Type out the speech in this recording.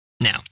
Now